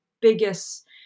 biggest